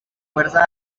fuerza